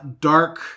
dark